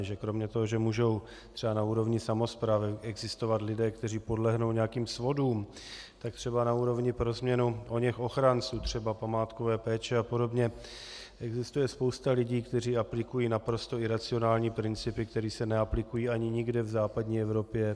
Že kromě toho, že můžou třeba na úrovni samosprávy existovat lidé, kteří podlehnou nějakým svodům, tak na úrovni pro změnu oněch ochránců, třeba památkové péče apod., existuje spousta lidí, kteří aplikují naprosto iracionální principy, které se neaplikují ani nikde v západní Evropě.